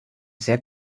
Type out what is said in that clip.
sehr